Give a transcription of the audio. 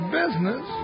business